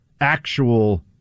actual